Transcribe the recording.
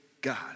God